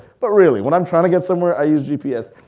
but really when i'm trying to get somewhere, i use gps.